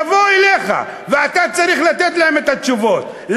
יבואו אליך ואתה צריך לתת להם את התשובות.